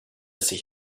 sich